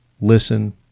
listen